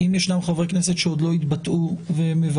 האם ישנם חברי כנסת שעוד לא התבטאו ומבקשים